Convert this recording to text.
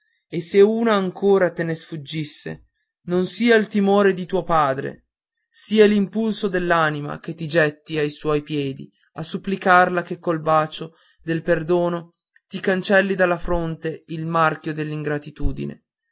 e se una ancora te ne sfuggisse non sia il timore di tuo padre sia l'impulso dell'anima che ti getti ai suoi piedi a supplicarla che col bacio del perdono ti cancelli dalla fronte il marchio